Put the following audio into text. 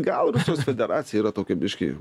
gal rusijos federacija yra tokia biškį